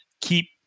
keep